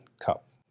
cup